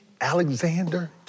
Alexander